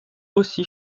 aussi